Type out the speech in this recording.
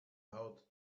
out